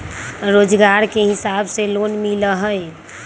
रोजगार के हिसाब से लोन मिलहई?